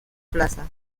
plaza